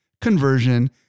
conversion